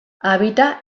habita